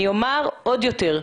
אני אומר עוד יותר,